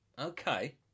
Okay